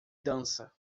dança